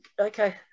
okay